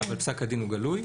כן,